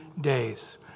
days